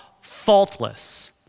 faultless